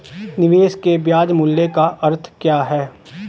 निवेश के ब्याज मूल्य का अर्थ क्या है?